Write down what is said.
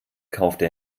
kaufte